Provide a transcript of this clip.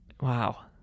Wow